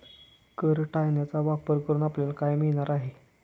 कर टाळण्याचा वापर करून आपल्याला काय मिळणार आहे?